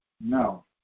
No